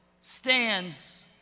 stands